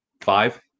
five